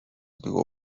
było